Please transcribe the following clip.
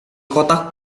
kotak